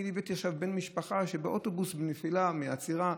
אני ליוויתי עכשיו בן משפחה שבאוטובוס נפל מעצירה,